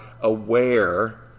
aware